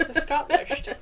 Scottish